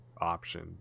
option